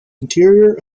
interior